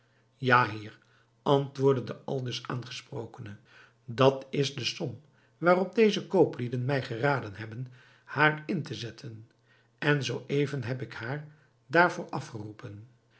ja heer antwoordde de aldus aangesprokene dat is de som waarop deze kooplieden mij geraden hebben haar in te zetten en zoo even heb ik haar daarvoor afgeroepen